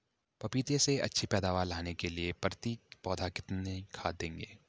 पपीते से अच्छी पैदावार लेने के लिए प्रति पौधा कितनी खाद दें?